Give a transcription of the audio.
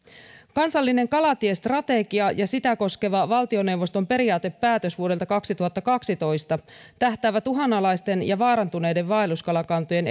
kansallinen kalatiestrategia ja sitä koskeva valtioneuvoston periaatepäätös vuodelta kaksituhattakaksitoista tähtäävät uhanalaisten ja vaarantuneiden vaelluskalakantojen